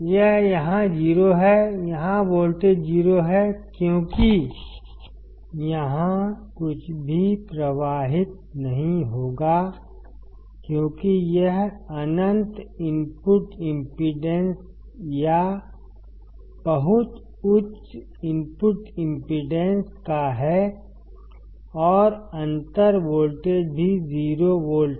यह यहां 0 है यहाँ वोल्टेज 0 है क्योंकि यहाँ कुछ भी प्रवाहित नहीं होगा क्योंकि यह अनंत इनपुट इम्पीडेन्स या बहुत उच्च इनपुट इम्पीडेन्स का है और अंतर वोल्टेज भी 0 वोल्ट है